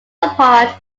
apart